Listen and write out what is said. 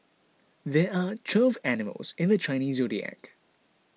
there are twelve animals in the Chinese zodiac